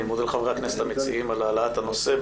אני מודה לחברי הכנסת המציעים על העלאת הנושא,